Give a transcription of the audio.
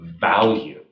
value